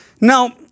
Now